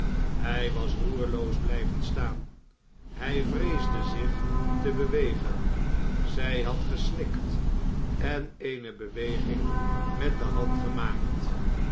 hij was roerloos blijven staan hij vreesde zich te bewegen zij had gesnikt en eene beweging met de hand gemaakt